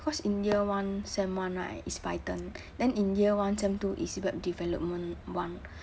cause in year one sem one right is python then in year one sem two is web development one